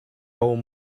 old